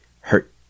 hurt